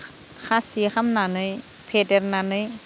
खासि खालामनानै फेदेरनानै